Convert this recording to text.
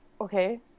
Okay